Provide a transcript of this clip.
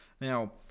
now